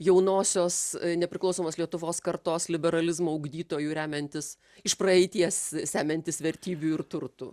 jaunosios nepriklausomos lietuvos kartos liberalizmo ugdytoju remiantis iš praeities semiantis vertybių ir turtų